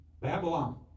Babylon